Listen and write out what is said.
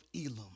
Elam